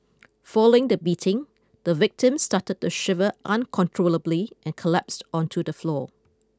following the beating the victim started to shiver uncontrollably and collapsed onto the floor